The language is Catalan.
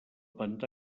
pantà